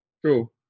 True